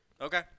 Okay